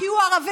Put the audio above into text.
כי הוא ערבי.